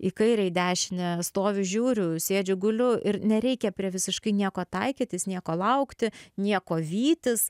į kairę į dešinę stoviu žiūriu sėdžiu guliu ir nereikia prie visiškai nieko taikytis nieko laukti nieko vytis